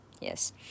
Yes